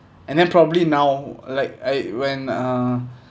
and then probably now like I when uh